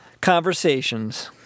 conversations